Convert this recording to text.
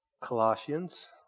Colossians